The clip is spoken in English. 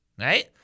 right